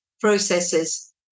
processes